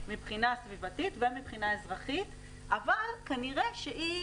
ביותר מבחינה סביבתית ומבחינה אזרחית אבל כנראה שהיא